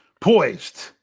Poised